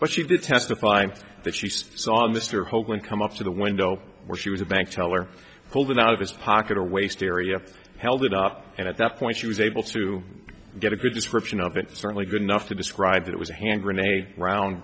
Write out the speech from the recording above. but she did testify that she saw mr hoagland come up to the window where she was a bank teller pulled it out of his pocket or waist area held it up and at that point she was able to get a good description of it certainly good enough to describe that it was a hand grenade round